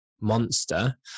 monster